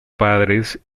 padres